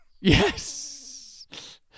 Yes